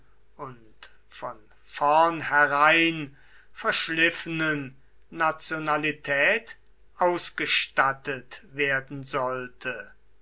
und von vornherein verschliffenen nationalität ausgestattet werden sollte